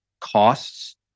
costs